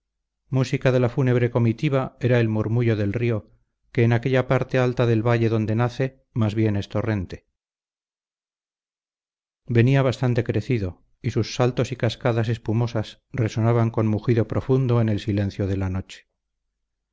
música de la fúnebre comitiva era el murmullo del río que en aquella parte alta del valle donde nace más bien es torrente venía bastante crecido y sus saltos y cascadas espumosas resonaban con mugido profundo en el silencio de la noche